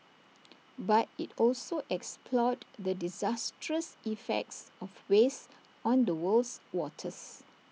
but IT also explored the disastrous effects of waste on the world's waters